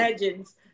legends